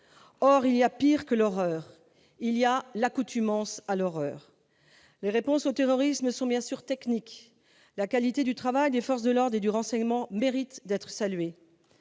Or il y a pire que l'horreur : l'accoutumance à l'horreur ! Les réponses au terrorisme sont, bien sûr, techniques. La qualité du travail des forces de l'ordre et des services de renseignement mérite d'être saluée.